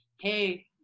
hey